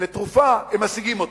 הן משיגות אותה.